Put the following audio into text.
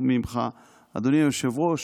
אדוני היושב-ראש,